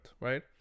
right